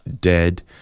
dead